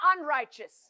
unrighteous